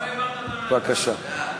בבקשה.